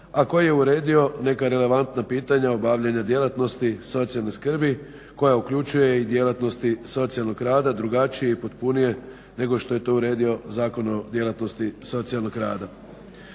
a koji je uredio neka relevantna pitanja obavljanja djelatnosti socijalne skrbi koja uključuje i djelatnosti socijalnog rada drugačije i potpunije nego što je to uredio Zakon o djelatnosti socijalnog rada.